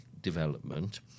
development